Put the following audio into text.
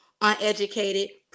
uneducated